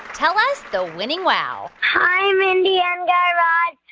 tell us the winning wow hi, mindy and guy raz.